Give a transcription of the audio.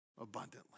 abundantly